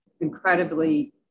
incredibly